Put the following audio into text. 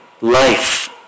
life